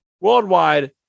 Worldwide